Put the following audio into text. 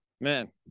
man